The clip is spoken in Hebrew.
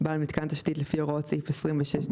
לבעל מיתקן תשתית לפי הוראות סעיף 26ד(ב),